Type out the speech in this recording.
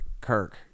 Kirk